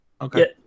Okay